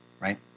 right